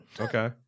Okay